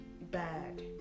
bad